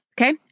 Okay